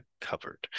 covered